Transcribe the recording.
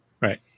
right